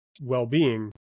well-being